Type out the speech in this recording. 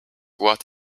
what